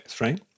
right